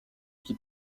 qui